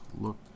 Look